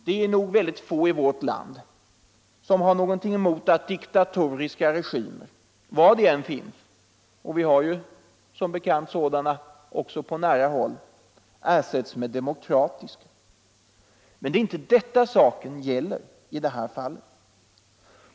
Det är säkert väldigt få i vårt land som har någonting emot att diktatoriska regimer, var de än finns — och vi har som bekant sådana på nära håll — ersätts med demokratiska. Men det är inte detta saken gäller.